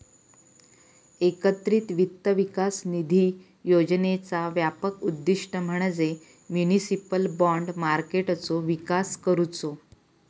एकत्रित वित्त विकास निधी योजनेचा व्यापक उद्दिष्ट म्हणजे म्युनिसिपल बाँड मार्केटचो विकास करुचो